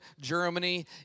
Germany